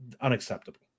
unacceptable